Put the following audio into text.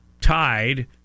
tied